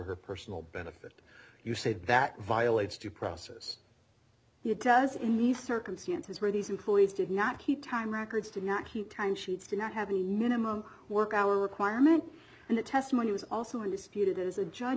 her personal benefit you said that violates due process it does in these circumstances where these employees did not keep time records to not keep time sheets do not have the minimum work hour requirement and the testimony was also disputed as a judge